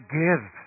give